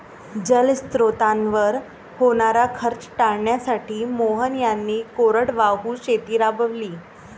जलस्रोतांवर होणारा खर्च टाळण्यासाठी मोहन यांनी कोरडवाहू शेती राबवली